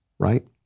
right